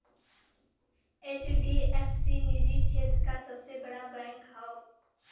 HDFC निजी क्षेत्र क सबसे बड़ा बैंक हौ